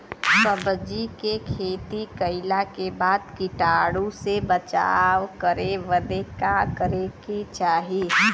सब्जी के खेती कइला के बाद कीटाणु से बचाव करे बदे का करे के चाही?